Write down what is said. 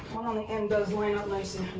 on the end does line up nicely.